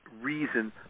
reason